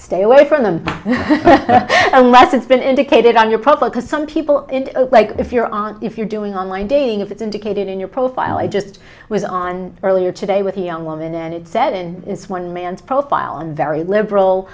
stay away from them unless it's been indicated on your profile because some people like if you're on if you're doing online dating is it indicated in your profile i just was on earlier today with a young woman and it said in one man's profile and very liberal